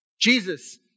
Jesus